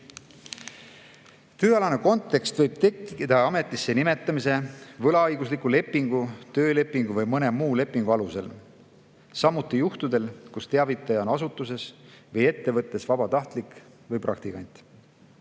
Tööalane kontekst võib tekkida ametisse nimetamise, võlaõigusliku lepingu, töölepingu või mõne muu lepingu alusel, samuti juhtudel, kui teavitaja on asutuses või ettevõttes vabatahtlik või praktikant. Valdkonnad,